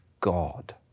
God